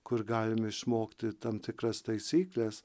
kur galime išmokti tam tikras taisykles